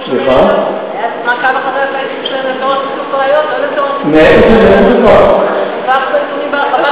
לא לצורך דווח בעיתונים בהרחבה.